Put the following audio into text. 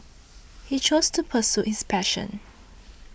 he chose to pursue his passion